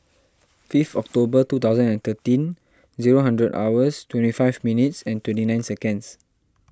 fifth October two thousand and thirteen zero hundred hours twenty five minutes and twenty nine seconds